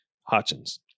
Hutchins